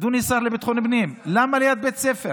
אדוני השר לביטחון פנים, למה ליד בית ספר?